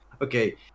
okay